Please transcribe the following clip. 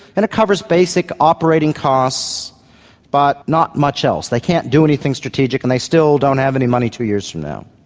and it covers basic operating costs but not much else. they can't do anything strategic and they still don't have any money two years from now.